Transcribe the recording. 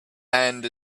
hand